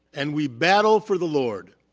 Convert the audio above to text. and we battle for the lord.